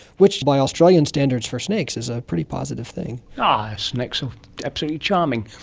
which by australian standards for snakes is a pretty positive thing. ah snakes are absolutely charming.